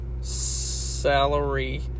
salary